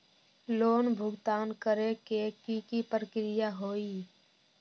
Loan भुगतान करे के की की प्रक्रिया होई?